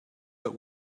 but